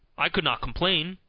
i could not complain,